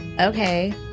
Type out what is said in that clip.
Okay